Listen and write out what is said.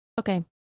Okay